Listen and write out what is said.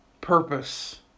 purpose